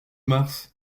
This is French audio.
mars